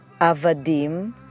avadim